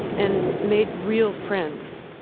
and made real friends,